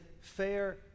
fair